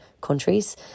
countries